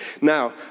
Now